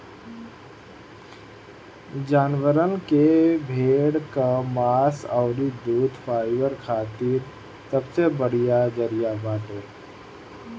जानवरन में भेड़ कअ मांस अउरी दूध फाइबर खातिर सबसे बढ़िया जरिया बाटे